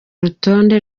urutonde